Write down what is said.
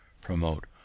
promote